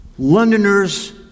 Londoners